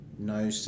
No